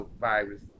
virus